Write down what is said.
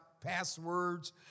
passwords